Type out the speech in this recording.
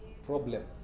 problem